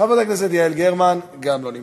חברת הכנסת יעל גרמן, גם לא נמצאת.